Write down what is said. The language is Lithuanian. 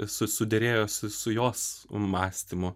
su suderėjo su su jos mąstymu